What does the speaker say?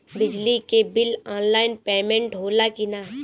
बिजली के bill online payment होला कि ना?